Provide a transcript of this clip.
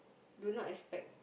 do not expect